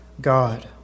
God